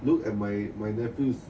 look at my my nephews